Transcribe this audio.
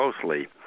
closely